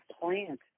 plant